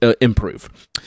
improve